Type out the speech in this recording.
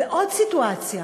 ועוד סיטואציה: